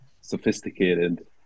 sophisticated